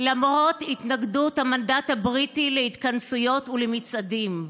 למרות התנגדות המנדט הבריטי להתכנסויות ולמצעדים,